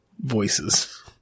voices